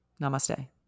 Namaste